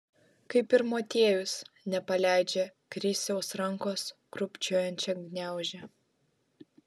kaip ir motiejus nepaleidžia krisiaus rankos krūpčiojančią gniaužia